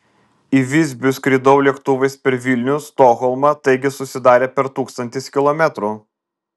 į visbių skridau lėktuvais per vilnių stokholmą taigi susidarė per tūkstantis kilometrų